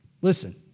Listen